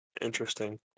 Interesting